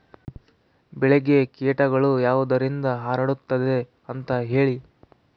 ಬೆಳೆಗೆ ಕೇಟಗಳು ಯಾವುದರಿಂದ ಹರಡುತ್ತದೆ ಅಂತಾ ಹೇಳಿ?